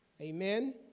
Amen